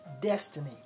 destiny